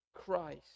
Christ